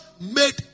made